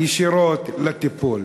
ישירות לטיפול?